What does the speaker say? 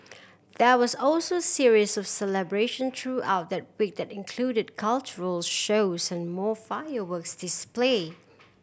there was also series of celebration throughout the week that included cultural shows and more fireworks display